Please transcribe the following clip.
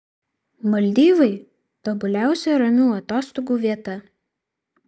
maldyvai tobuliausia ramių atostogų vieta